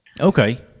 Okay